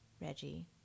Reggie